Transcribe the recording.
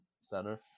center